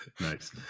Nice